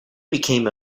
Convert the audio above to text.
became